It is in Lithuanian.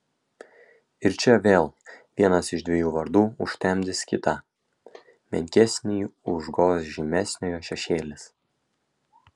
ir čia vėl vienas iš dviejų vardų užtemdys kitą menkesnįjį užgoš žymesniojo šešėlis